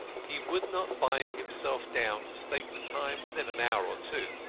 he would not bind himself down to state the time within an hour or two.